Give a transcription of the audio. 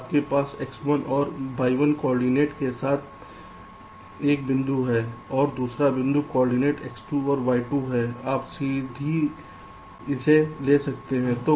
यदि आपके पास x1 और y1 कॉर्डिनेट के साथ एक बिंदु हैऔर दूसरा बिंदु के कॉर्डिनेट x2 और y2 है आप सीधे इसे ले सकते हैं